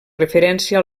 referència